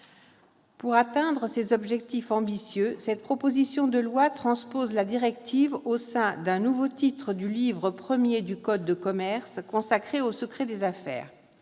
Pour atteindre ces objectifs ambitieux, cette proposition de loi transpose la directive au sein d'un nouveau titre du livre premier du code de commerce consacré au secret des affaires.